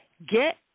Get